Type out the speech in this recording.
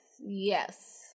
Yes